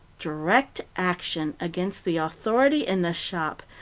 direct action against the authority in the shop,